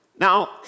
Now